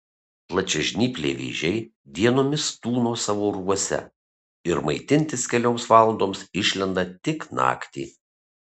plačiažnypliai vėžiai dienomis tūno savo urvuose ir maitintis kelioms valandoms išlenda tik naktį